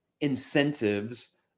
incentives